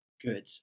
good